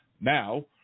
Now